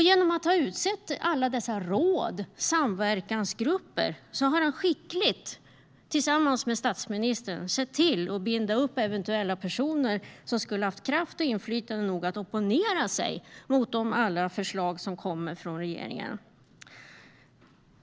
Genom att ha utsett råd och samverkansgrupper har han tillsammans med statsministern skickligt sett till att binda upp personer som skulle ha haft kraft och inflytande nog att eventuellt opponera sig mot alla de förslag som kommer från regeringen.